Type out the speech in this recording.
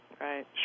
right